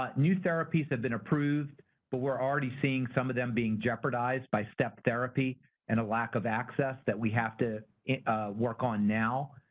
ah new therapies have been approved but we're seeing some of them being jeopardized by step therapy and a lack of access that we have to work on now.